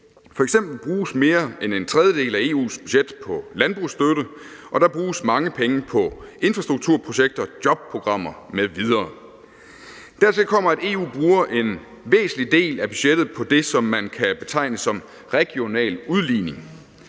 F.eks. bruges mere end en tredjedel af EU's budget på landbrugsstøtte, og der bruges mange penge på infrastrukturprojekter, jobprogrammer m.v. Dertil kommer, at EU bruger en væsentlig del af budgettet på det, som man kan betegne som regional udligning,